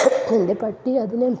എൻ്റെ പട്ടി അതിന്